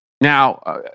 Now